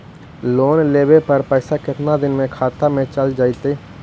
Loan लेब पर पैसा कितना दिन में खाता में चल आ जैताई?